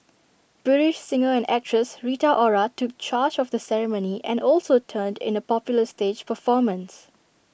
British singer and actress Rita Ora took charge of the ceremony and also turned in A popular stage performance